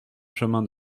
chemin